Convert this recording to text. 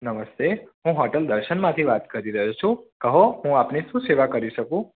નમસ્તે હું હોટલ દર્શનમાંથી વાત કરી રહ્યો છું કહો હું આપની શું સેવા કરી શકું